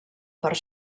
part